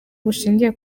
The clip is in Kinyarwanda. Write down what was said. bushingiye